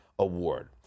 award